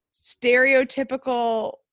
stereotypical